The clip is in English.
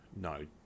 no